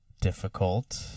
difficult